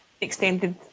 extended